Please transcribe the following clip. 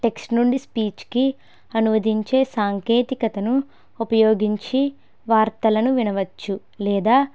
text నుండి స్పీచ్కి అనువదించే సాంకేతికతను ఉపయోగించి వార్తలను వినవచ్చు లేదా